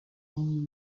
only